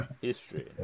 history